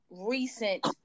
recent